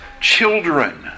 children